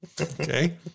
Okay